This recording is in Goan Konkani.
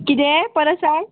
कितें परत सांग